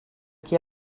qui